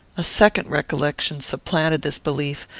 a second recollection supplanted this belief,